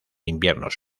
inviernos